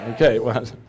Okay